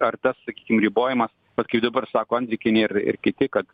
ar tas sakykim ribojamas vat kaip dabar sako andrikienė ir ir kiti kad